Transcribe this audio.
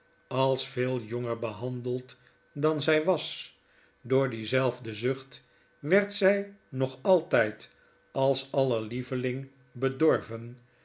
als veel jonger behandeld dan z was door diezelfde zucht werd zij nog altijc als aller lieveling bedorven